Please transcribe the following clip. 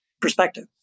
perspective